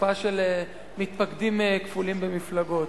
תופעה של מתפקדים כפולים במפלגות.